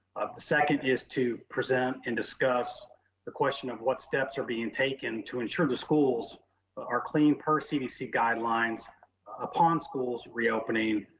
the second is to present and discuss the question of what steps are being and taken to ensure the schools are clean per cdc guidelines upon schools reopening,